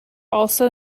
also